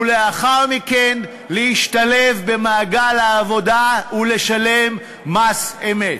ולאחר מכן להשתלב במעגל העבודה ולשלם מס אמת.